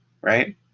right